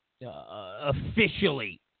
officially